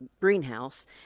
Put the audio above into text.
greenhouse